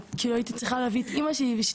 כאילו הייתי צריכה להביא את אמא שלי בשביל